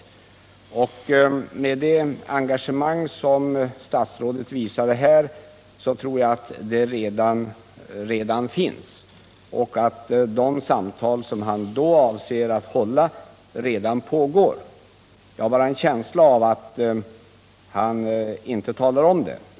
Med tanke på det engagemang som statsrådet visade här tror jag att de samtal som han avser att hålla redan pågår, jag har en känsla av att han bara inte talar om det.